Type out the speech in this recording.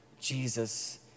Jesus